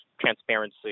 transparency